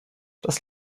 das